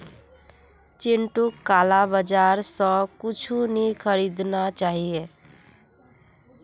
चिंटूक काला बाजार स कुछू नी खरीदना चाहिए